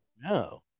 No